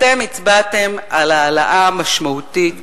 אתם הצבעתם על העלאה משמעותית,